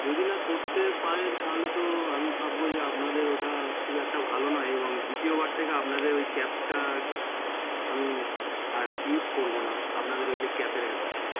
যদি না করতে পারেন তাহলে তো আমি ভাববো যে আপনাদের ওটা খুব একটা ভালো নয় এবং দ্বিতীয়বার থেকে আপনাদের ওই ক্যাবটা আমি আর ইউস করবো না আপনাদের ওই যে ক্যাবের অ্যাপ আছে